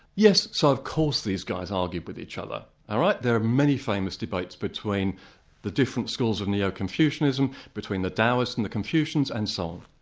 yes, so of course these guys argue with each other. ah there are many famous debates between the different schools of neo-confucianism, between the taoists and the confucians, and so on.